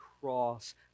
cross